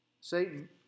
Satan